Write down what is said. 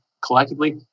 collectively